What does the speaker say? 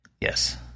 yes